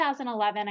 2011